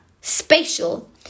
Spatial